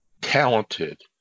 talented